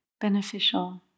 beneficial